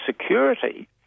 security